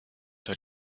der